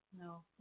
No